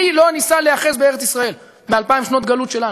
מי לא ניסה להיאחז בארץ ישראל באלפיים שנות גלות שלנו?